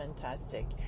fantastic